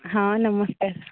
ହଁ ନମସ୍କାର